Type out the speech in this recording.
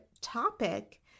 topic